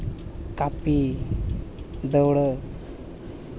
ᱠᱟᱹᱯᱤ ᱫᱟᱹᱣᱲᱟᱹ